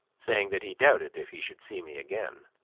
saying that he doubted if he should see me again.